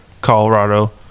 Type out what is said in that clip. Colorado